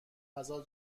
غذا